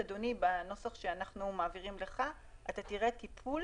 אדוני, בנוסח שאנחנו מעבירים לך אתה תראה טיפול